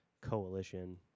coalition